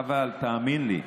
חבל, תאמין לי,